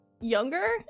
younger